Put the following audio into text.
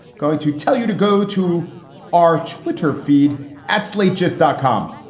going to tell you to go to our twitter feed at slate, just dot com